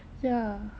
ya